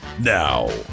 Now